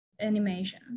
animation